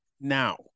now